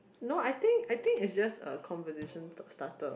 no I think I think it's just a conversation starter